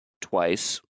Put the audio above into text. twice